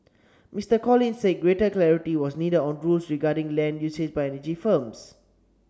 Mister Collins said greater clarity was needed on rules regarding land usage by energy firms